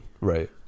right